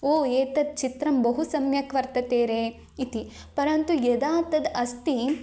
ओ एतत् चित्रं बहु सम्यक् वर्तते रे इति परन्तु यदा तद् अस्ति